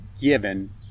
given